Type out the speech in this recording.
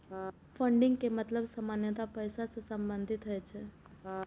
funding के मतलब सामान्यतः पैसा सं संबंधित होइ छै